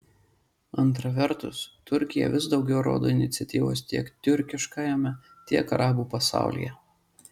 antra vertus turkija vis daugiau rodo iniciatyvos tiek tiurkiškajame tiek arabų pasaulyje